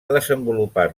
desenvolupat